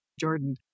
Jordan